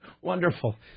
Wonderful